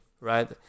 right